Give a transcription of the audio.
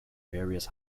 various